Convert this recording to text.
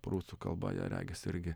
prūsų kalboje regis irgi